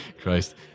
Christ